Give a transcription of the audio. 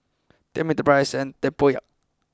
tell me the price and Tempoyak